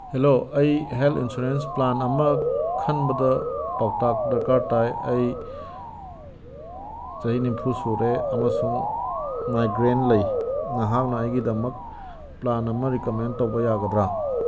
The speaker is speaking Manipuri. ꯍꯦꯜꯂꯣ ꯑꯩ ꯍꯦꯜꯠ ꯏꯟꯁꯨꯔꯦꯟꯁ ꯄ꯭ꯂꯥꯟ ꯑꯃ ꯈꯟꯕꯗ ꯄꯥꯎꯇꯥꯛ ꯗꯔꯀꯥꯔ ꯇꯥꯏ ꯑꯩ ꯆꯍꯤ ꯅꯤꯐꯨ ꯁꯨꯔꯦ ꯑꯃꯁꯨꯡ ꯃꯥꯏꯒ꯭ꯔꯦꯟ ꯂꯩ ꯅꯍꯥꯛꯅ ꯑꯩꯒꯤꯗꯃꯛ ꯄ꯭ꯂꯥꯟ ꯑꯃ ꯔꯤꯀꯃꯦꯟ ꯇꯧꯕ ꯌꯥꯒꯗ꯭ꯔ